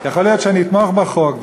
יכול להיות שאני אתמוך בחוק,